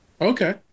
Okay